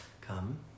come